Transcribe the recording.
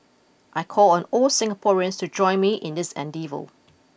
I call on all Singaporeans to join me in this endeavour